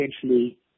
potentially